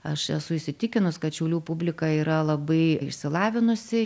aš esu įsitikinus kad šiaulių publika yra labai išsilavinusi